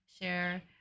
share